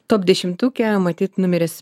top dešimtuke matyt numeris